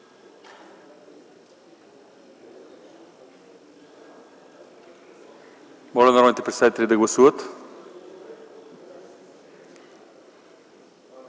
Моля народните представители да гласуват.